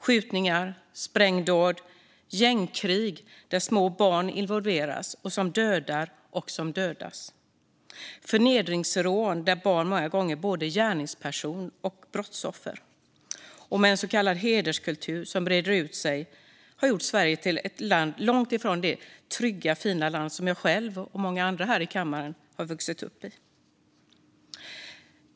Skjutningar, sprängdåd, gängkrig där små barn involveras, dödar och dödas, förnedringsrån där barn många gånger både är gärningspersoner och brottsoffer och en så kallad hederskultur som breder ut sig har gjort Sverige till ett land långt ifrån det trygga fina land som jag själv och många andra här i kammaren växte upp i.